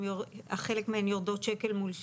חלק מהן יורדות שקל מול שקל.